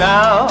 Now